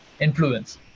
influence